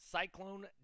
cyclone